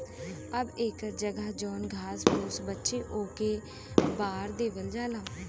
अब एकर जगह जौन घास फुस बचे ओके बार देवल जाला